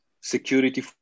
security